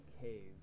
cave